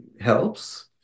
helps